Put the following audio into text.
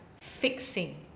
fixing